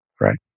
right